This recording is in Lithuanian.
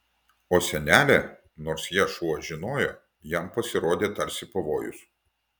o senelė nors ją šuo žinojo jam pasirodė tarsi pavojus